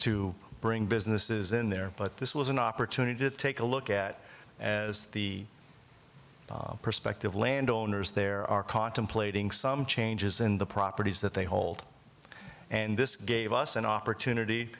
to bring businesses in there but this was an opportunity to take a look at as the perspective landowners there are cotton plating some changes in the properties that they hold and this gave us an opportunity